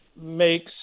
makes